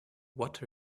what